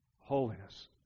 holiness